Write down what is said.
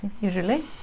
usually